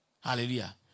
Hallelujah